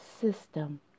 system